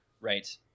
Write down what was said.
right